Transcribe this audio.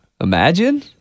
Imagine